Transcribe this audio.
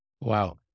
Wow